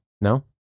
No